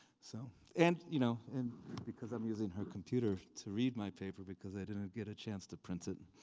so. and you know and because i'm using her computer to read my paper because i didn't get a chance to print it.